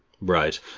Right